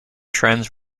trends